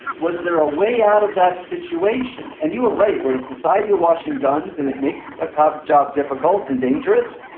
was there a way out of that situation? and you were right. we're a society awash in guns, and it makes a cop's job difficult and dangerous.